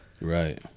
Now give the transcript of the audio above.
Right